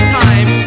time